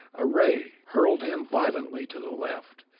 a ray hurled him violently to the left.